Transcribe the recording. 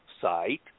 site